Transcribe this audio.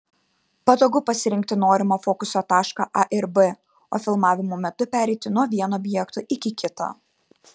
patogu pasirinkti norimą fokuso tašką a ir b o filmavimo metu pereiti nuo vieno objekto iki kito